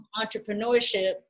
entrepreneurship